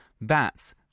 bats